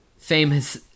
Famous